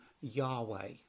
Yahweh